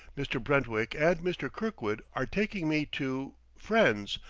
mr. brentwick and mr. kirkwood are taking me to friends,